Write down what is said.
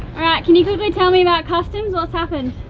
alright can you quickly tell me about customs? what's happened?